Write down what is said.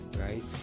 right